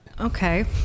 Okay